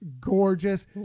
gorgeous